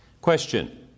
Question